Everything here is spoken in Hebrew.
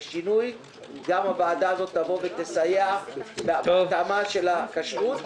גם הוועדה הזאת תבוא ותסייע בהתאמה של הכשרות,